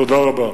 תודה רבה.